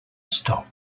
stop